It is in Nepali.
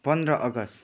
पन्ध्र अगस्त